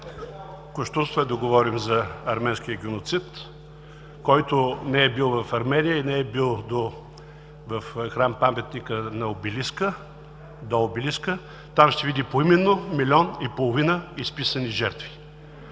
Кощунство е да говорим за арменския геноцид. Който не е бил в Армения и не е бил в храм-паметника до Обелиска, там да види поименно милион и половина изписани имената